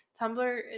Tumblr